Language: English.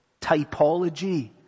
typology